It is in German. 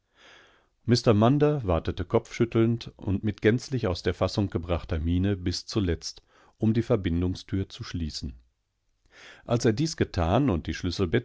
munder wartete kopfschüttelnd und mit gänzlich aus der fassung gebrachter miene bis zuletzt um die verbindungstür zu schließen als er dies getan und die schlüsselbetseygegebenhatte